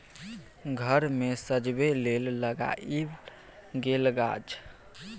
घर मे सजबै लेल लगाएल गेल गाछ